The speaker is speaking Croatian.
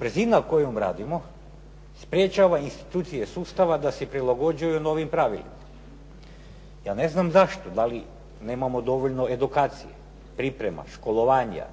Brzina kojom radimo sprječava institucije sustava da se prilagođuju novim pravilima. Ja ne znam zašto. Da li nemamo dovoljno edukacije, priprema, školovanja,